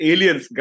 Aliens